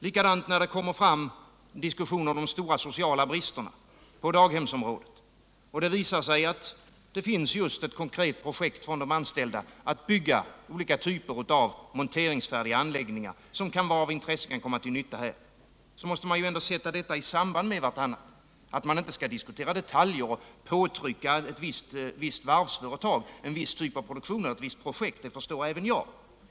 Likadant när det kommer upp diskussioner om de stora sociala bristerna, på 1. ex. daghemsområdet och det visar sig att de anställda föreslagit ett konkret projekt att bygga olika typer av monteringsfärdiga anläggningar som kan komma till nytta här — då måste man ju ändå sätta dessa båda ting i samband med varandra. Att man inte skall diskutera detaljer och trycka på ett visst varvsföretag en viss typ av produktion eller ett visst projekt, det förstår även jag.